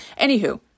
anywho